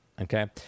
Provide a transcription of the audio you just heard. Okay